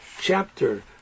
chapter